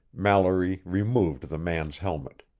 mallory removed the man's helmet.